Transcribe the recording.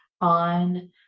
on